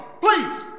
Please